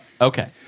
Okay